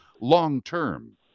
long-term